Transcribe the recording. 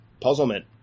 puzzlement